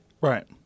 Right